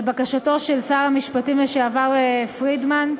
לבקשתו של שר המשפטים לשעבר פרידמן.